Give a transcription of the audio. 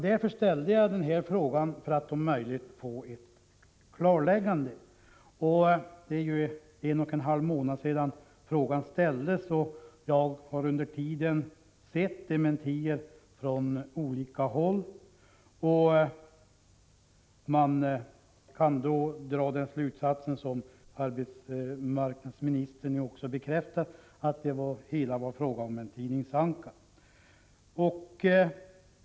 Jag ställde denna fråga för att om möjligt få ett klarläggande. Det är en och en halv månad sedan frågan ställdes, och jag har under tiden sett dementier från olika håll. Man kan då dra den slutsats som också arbetsmarknadsministern bekräftar, att det var fråga om en tidningsanka.